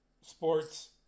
sports